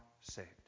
saved